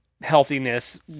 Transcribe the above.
healthiness